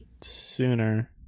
sooner